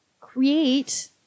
create